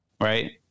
right